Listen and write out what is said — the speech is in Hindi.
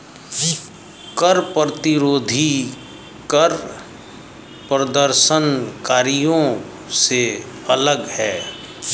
कर प्रतिरोधी कर प्रदर्शनकारियों से अलग हैं